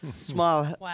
smile